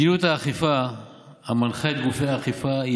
מדיניות האכיפה המנחה את גופי האכיפה היא